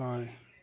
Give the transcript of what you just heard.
হয়